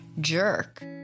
jerk